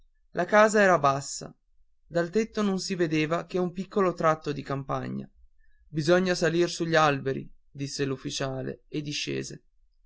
la casa era bassa dal tetto non si vedeva che un piccolo tratto di campagna bisogna salir sugli alberi disse l'ufficiale e discese